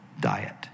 diet